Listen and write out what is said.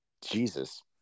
Jesus